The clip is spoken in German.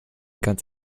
ganz